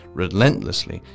relentlessly